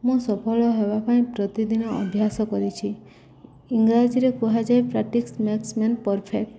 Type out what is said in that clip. ମୁଁ ସଫଳ ହେବା ପାଇଁ ପ୍ରତିଦିନ ଅଭ୍ୟାସ କରିଛି ଇଂରାଜୀରେ କୁହାଯାଏ ପ୍ରାଟିକ୍ସ ମେକ୍ସ ମ୍ୟାନ ପରଫେକ୍ଟ